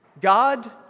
God